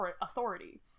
authority